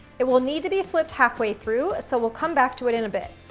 it will need to be flipped halfway through, so we'll come back to it in a bit.